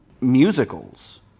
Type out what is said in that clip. musicals